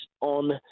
on